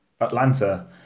Atlanta